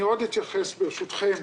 אני עוד אתייחס ברשותכם